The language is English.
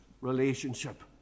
relationship